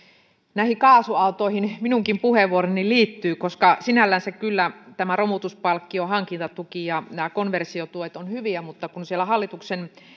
näihin kaasuautoihin minunkin puheenvuoroni liittyy sinällänsä kyllä tämä romutuspalkkio hankintatuki ja nämä konversiotuet ovat hyviä mutta kun siellä hallituksen